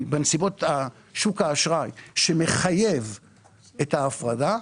בנסיבות שוק האשראי שמחייב את ההפרדה,